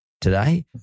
today